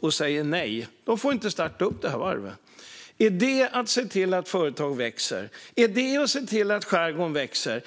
och sa nej. De får inte starta upp varvet. Är det att se till att företag växer? Är det att se till att skärgården växer?